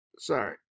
Sorry